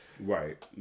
Right